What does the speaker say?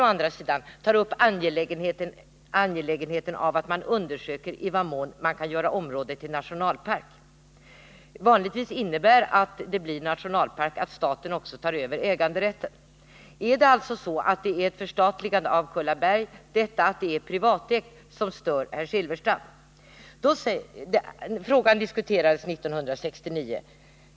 Men reservationen tar upp angelägenheten av att man undersöker i vad mån området kan göras till nationalpark. När ett område görs till nationalpark innebär det vanligtvis att staten också tar över äganderätten. Är det alltså ett förstatligande av Kullaberg som motionärerna vill uppnå? Är det förhållandet att Kullaberg är privatägt som stör herr Silfverstrand? Denna fråga diskuterades också 1969.